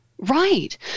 Right